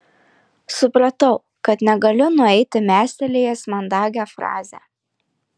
supratau kad negaliu nueiti mestelėjęs mandagią frazę